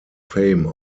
fame